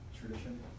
tradition